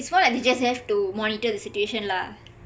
that's why we just have to monitor the situation lah